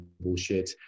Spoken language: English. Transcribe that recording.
bullshit